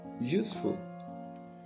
useful